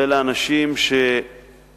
ואלה אנשים שגם